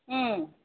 ꯎꯝ